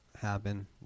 happen